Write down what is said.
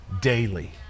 daily